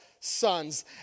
sons